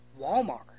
Walmart